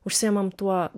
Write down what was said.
užsiimam tuo